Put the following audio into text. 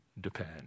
depend